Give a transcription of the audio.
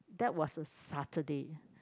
that was a Saturday